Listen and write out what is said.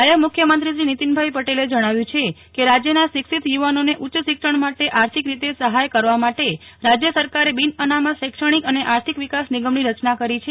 નાયબ મુખ્યમંત્રીશ્રી નીતિનભાઈ પટેલે જણાવ્યું છે કે રાજ્યના શિક્ષીત યુવાનોને ઉચ્ચ શિક્ષણ માટે આર્થિક રીતે સહાય કરવા માટે રાજ્ય સરકારે બિન અનામત શૈક્ષણિક અને આર્થિક વિકાસ નિગમની રચના કરી છે